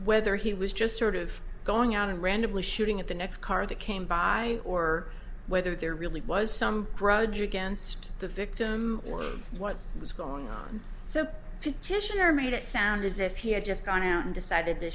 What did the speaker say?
whether he was just sort of going out and randomly shooting at the next car that came by or whether there really was some grudge against the victim or what was going on so petitioner made it sound as if he had just gone out and decided to